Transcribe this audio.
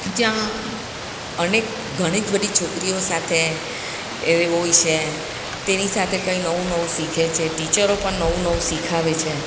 ત્યાં અનેક ઘણી જ બધી છોકરીઓ સાથે એ હોય છે તેની સાથે કંઈ નવું નવું શીખે છે ટીચરો પણ નવું નવું શીખવાડે છે